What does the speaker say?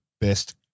best